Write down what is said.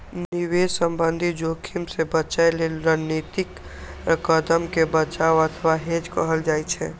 निवेश संबंधी जोखिम सं बचय लेल रणनीतिक कदम कें बचाव अथवा हेज कहल जाइ छै